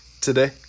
today